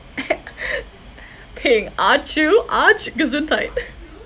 ping ah chu ah chu gesundheit